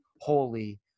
holy